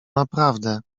naprawdę